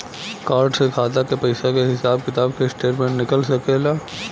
Card से खाता के पइसा के हिसाब किताब के स्टेटमेंट निकल सकेलऽ?